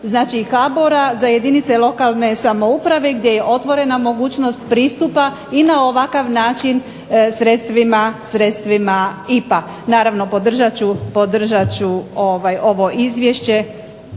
znači i HBOR-a za jedinice lokalne samouprave gdje je otvorena mogućnost pristupa i na ovakav način sredstvima IPA. Naravno podržat ću ovo Izvješće